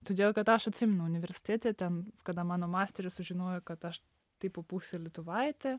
todėl kad aš atsimenu universitete ten kada mano masteris sužinojo kad aš tipo pusė lietuvaitė